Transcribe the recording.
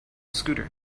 scooter